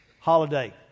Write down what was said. holiday